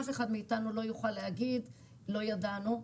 אף אחד מאיתנו לא יוכל להגיד "לא ידענו".